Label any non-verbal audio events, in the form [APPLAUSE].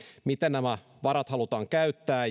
miten nämä varat halutaan käyttää [UNINTELLIGIBLE]